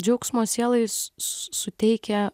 džiaugsmo sielai suteikia